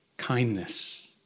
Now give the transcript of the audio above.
kindness